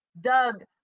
Doug